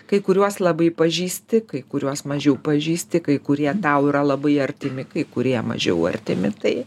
kai kuriuos labai pažįsti kai kuriuos mažiau pažįsti kai kurie tau yra labai artimi kai kurie mažiau artimi tai